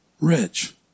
rich